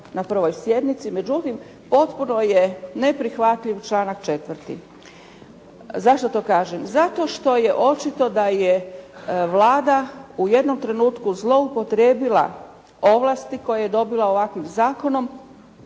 na prvoj sjednici. Međutim, potpuno je neprihvatljiv članak 4. Zašto to kažem? Zato što je očito da je Vlada u jednom trenutku zloupotrijebila ovlasti koje je dobila ovakvim zakonom